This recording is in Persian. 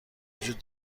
وجود